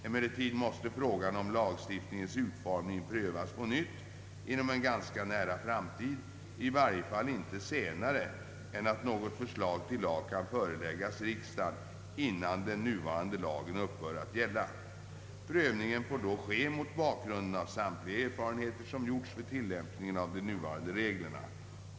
Emellertid måste frågan om lagstiftningens utformning prövas på nytt inom en ganska nära framtid, i varje fall inte senare än att något förslag till lag kan föreläggas riksdagen, innan den nuvarande lagen upphör att gälla. Prövningen får då ske mot bakgrunden av samtliga erfarenheter som gjorts vid tillämpningen av de nuvarande reglerna.